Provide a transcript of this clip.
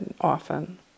often